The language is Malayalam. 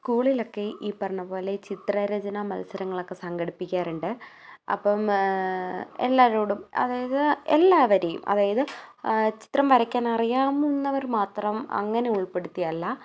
സ്കൂളിലൊക്കെ ഈ പറഞ്ഞതു പോലെ ചിത്ര രചനാ മത്സരങ്ങളൊക്കെ സംഘടിപ്പിക്കാറുണ്ട് അപ്പം എല്ലാവരോടും അതായത് എല്ലാവരെയും അതായത് ചിത്രം വരക്കാൻ അറിയാവുന്നവർ മാത്രം അങ്ങനെ ഉൾപ്പെടുത്തിയല്ലാ